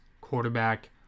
quarterback